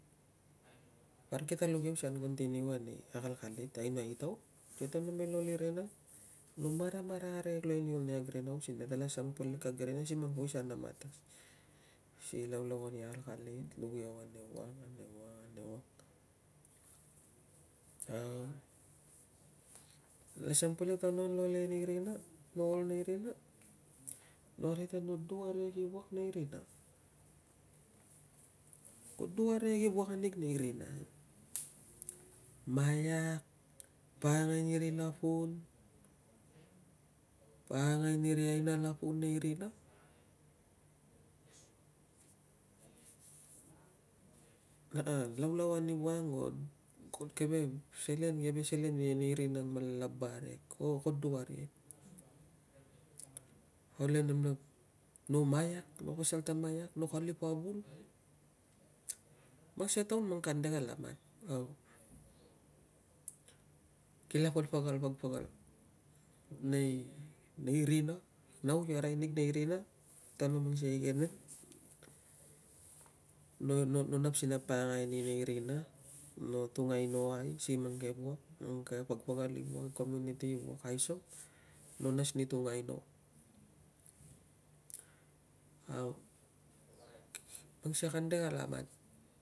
Parik kita luk iau asian continue ani akalkalit. Ainoai i taun nata me ol e rina, no maramarak arikek luai ani ol nei kag rina using nata la sang polek kag rina si poisan a matas si laulauan i akalkalit luk iau anewang, anewang, anewang, au, nala sang polek, taun ang nan la ol e rina, no ol e rina, no arai ta no duk arikek i wuak nei rina, ko duk arikek i wuak anig nei rina. Maiak, pakangai ni ri lapun, pakangai ni ri aina lapun nei rina. Laulauan i wuak ang ko, kun keve selen, keve selen enei rina vala laba arikek, ko, ko duk arikek. Au le no maiak, no pasal ta maiak no kalip a vul. Mang sikei a taun, mang kande kala mat au, kila pagpagal, pagpagal nei nei rina. Nau ki arai nig nei rina ta no mang sikei a igenen, no no nap si na pakangai ni nei rina, no tung ainoai si mang ke wuak, mang ke pagpagal i wuak community o aisog, no nas ni tung aino. Au mang sikei a kande kala mat